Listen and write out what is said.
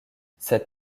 cette